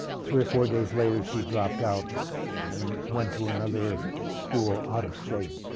three or four days later, she dropped out and went to another school out of state.